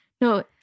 No